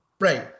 Right